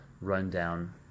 rundown